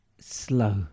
Slow